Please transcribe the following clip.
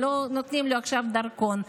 אבל לא נותנים לו עכשיו דרכון,